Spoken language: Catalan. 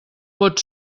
pot